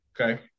Okay